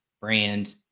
brand